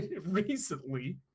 recently